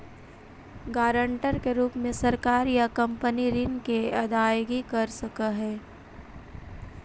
guarantor के रूप में सरकार या कंपनी ऋण के अदायगी कर सकऽ हई